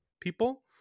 people